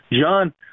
John